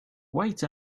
wait